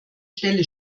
stelle